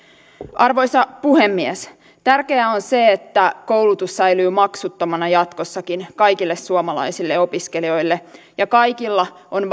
arvoisa puhemies tärkeää on se että koulutus säilyy maksuttomana jatkossakin kaikille suomalaisille opiskelijoille ja kaikilla on